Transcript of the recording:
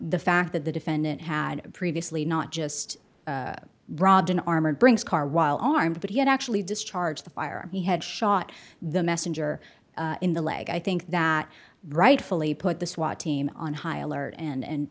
the fact that the defendant had previously not just broad an armored brinks car while armed that he had actually discharged the fire he had shot the messenger in the leg i think that rightfully put the swat team on high alert and